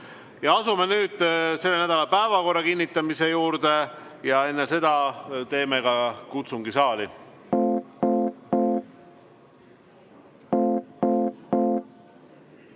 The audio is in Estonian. Asume nüüd selle nädala päevakorra kinnitamise juurde ja enne seda teeme ka saalikutsungi.